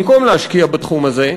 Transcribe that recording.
במקום להשקיע בתחום הזה,